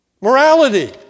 morality